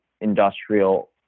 industrial